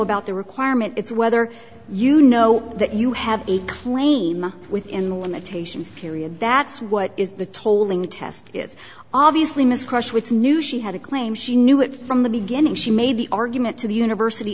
about the requirement it's whether you know that you have a claim within the limitations period that's what is the tolling test is obviously miss crush which knew she had a claim she knew it from the beginning she made the argument to the university